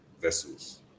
vessels